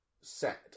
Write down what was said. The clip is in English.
set